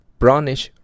brownish